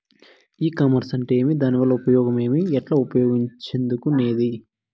ఈ కామర్స్ అంటే ఏమి దానివల్ల ఉపయోగం ఏమి, ఎట్లా ఉపయోగించుకునేది?